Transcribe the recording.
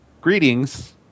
Greetings